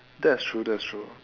that's true that's true